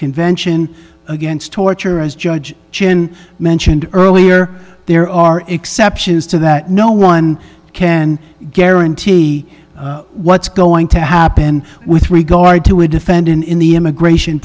convention against torture as judge chin mentioned earlier there are exceptions to that no one can guarantee what's going to happen with regard to a defendant in the immigration